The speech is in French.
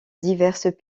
diverses